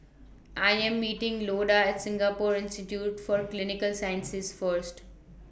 I Am meeting Loda At Singapore Institute For Clinical Sciences First